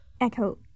Echo